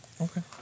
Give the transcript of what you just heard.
Okay